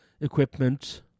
equipment